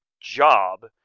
job